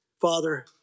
Father